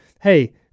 hey